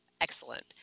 Excellent